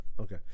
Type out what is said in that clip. Okay